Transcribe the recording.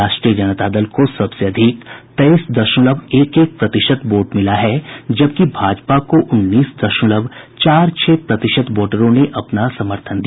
राष्ट्रीय जनता दल को सबसे अधिक तेईस दशमलव एक एक प्रतिशत वोट मिला जबकि भाजपा को उन्नीस दशमलव चार छह प्रतिशत वोटरों ने अपना समर्थन दिया